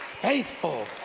faithful